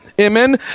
Amen